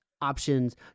options